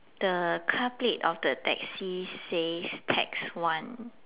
the car plate of the taxi says tax one